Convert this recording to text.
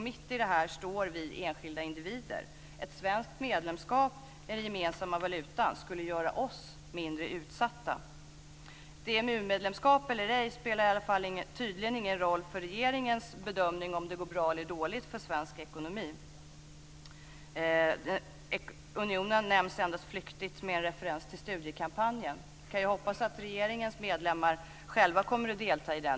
Mitt i detta står vi enskilda individer. Ett svenskt medlemskap i den gemensamma valutaunionen skulle göra oss mindre utsatta. EMU-medlemskap eller ej spelar tydligen ingen roll för regeringens bedömning av om det går bra eller dåligt för svensk ekonomi. Unionen nämns endast flyktigt med en referens till studiekampanjen. Vi kan ju hoppas att regeringens medlemmar själva kommer att delta i den.